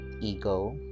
ego